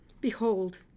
Behold